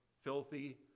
filthy